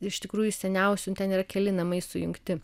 iš tikrųjų seniausi ten yra keli namai sujungti